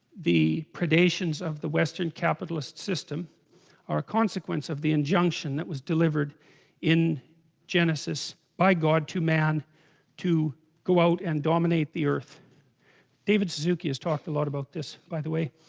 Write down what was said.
the predations of the western capitalist system consequence of the injunction that was delivered in genesis by god to man to go out and dominate the earth david suzuki has talked a lot about this by the way